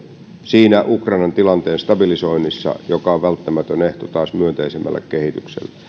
siinä ukrainan tilanteen stabilisoinnissa joka on välttämätön ehto taas myönteisemmälle kehitykselle